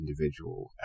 individual